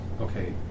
Okay